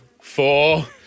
four